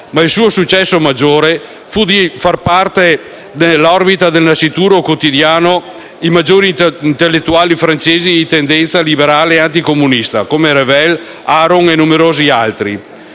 Ma il suo successo maggiore fu di far entrare nell'orbita del nascituro quotidiano i maggiori intellettuali francesi di tendenza liberale e anticomunista, come Revel, Aron e numerosi altri.